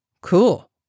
Cool